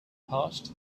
passed